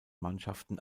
mannschaften